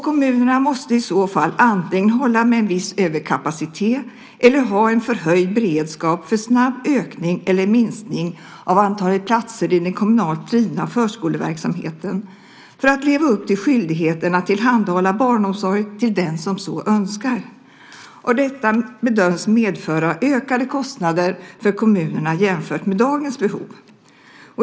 Kommunerna måste i så fall antingen hålla med en viss överkapacitet eller ha en förhöjd beredskap för snabb ökning eller minskning av antalet platser i den kommunalt drivna förskoleverksamheten för att leva upp till skyldigheten att tillhandahålla barnomsorg till den som så önskar. Detta bedöms medföra ökade kostnader för kommunerna jämfört med dagens behov.